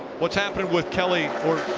what is happening with kelli